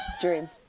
Dream